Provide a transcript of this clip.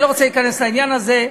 אני לא רוצה להיכנס לעניין הזה,